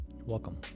welcome